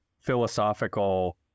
philosophical